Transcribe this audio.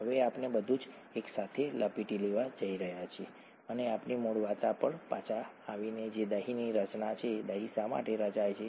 હવે આપણે બધું જ એકસાથે લપેટી લેવા જઈ રહ્યા છીએ અને આપણી મૂળ વાર્તા પર પાછા આવીને જે દહીંની રચના છે દહીં શા માટે રચાય છે